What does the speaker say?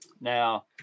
Now